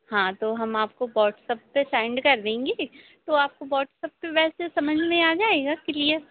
हाँ तो हम आपको वाटसप पर सेन्ड कर देंगे तो आपको वाट्सअप पर वैसे समझ में आ जाएगा किलीयर